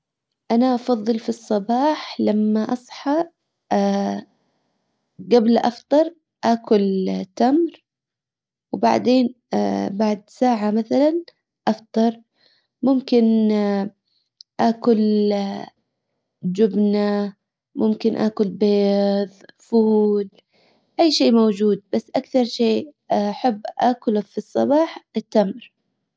انا افضل في الصباح لما اصحى جبل افطر اكل تمر وبعدين بعد ساعة مثلا افطر ممكن اكل جبنة ممكن اكل بيظ فول اي شيء موجود بس اكثر شيء احب اكله في الصباح التمر